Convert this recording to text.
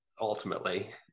ultimately